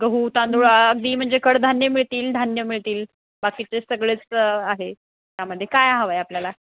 गहू तांदूळ अगदी म्हणजे कडधान्य मिळतील धान्य मिळतील बाकीचे सगळेच आहे त्यामध्ये काय हवं आहे आपल्याला